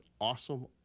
awesome